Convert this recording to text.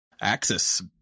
Axis